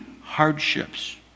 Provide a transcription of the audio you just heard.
hardships